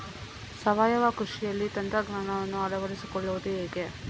ಸಾವಯವ ಕೃಷಿಯಲ್ಲಿ ತಂತ್ರಜ್ಞಾನವನ್ನು ಅಳವಡಿಸಿಕೊಳ್ಳುವುದು ಹೇಗೆ?